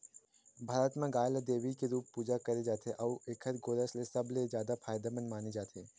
भारत म गाय ल देवी के रूप पूजा करे जाथे अउ एखर गोरस ल सबले जादा फायदामंद माने जाथे